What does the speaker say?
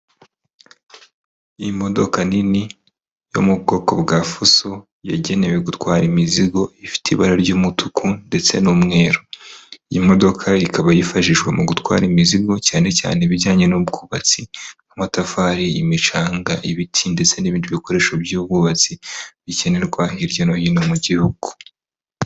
Imodoka nini yo mu bwoko bwa fuso yagenewe gutwara imizigo, ifite ibara ry'umutuku ndetse n'umweru. Iyi modoka ikaba yifashishwa mu gutwara imizigo, cyane cyane ibijyanye n'ubwubatsi. Amatafari, imicanga, ibiti ndetse n'ibindi bikoresho by'ubwubatsi bikenerwa hirya no hino mu gihugu.